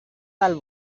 del